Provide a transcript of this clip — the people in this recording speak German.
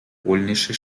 polnische